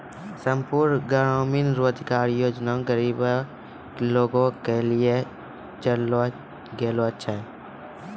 संपूर्ण ग्रामीण रोजगार योजना गरीबे लोगो के लेली चलैलो गेलो छै